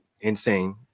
insane